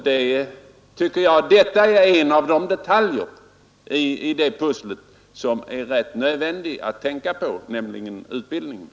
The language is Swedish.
Jag tycker att en av de detaljer i detta pussel som det är rätt nödvändigt att tänka på är utbildningen.